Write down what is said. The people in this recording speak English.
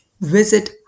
visit